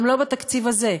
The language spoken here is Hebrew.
גם לא בתקציב הזה.